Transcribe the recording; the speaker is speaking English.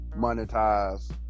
monetize